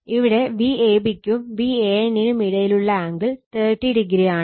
ഇവിടെ Vab ക്കും Van നും ഇടയിലുള്ള ആംഗിൾ 30o ആണ്